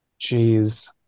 Jeez